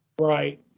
Right